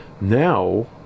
now